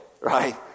right